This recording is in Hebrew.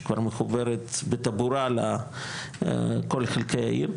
שכבר מחוברת בטבורה לכל חלקי העיר.